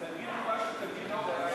תצביעו נגד גם בלי